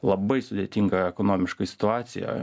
labai sudėtinga ekonomiškai situacija